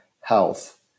health